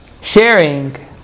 sharing